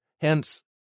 Hence